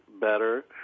better